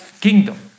kingdom